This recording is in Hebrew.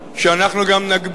שאנחנו גם נגביל